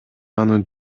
анын